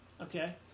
Okay